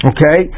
Okay